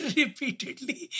repeatedly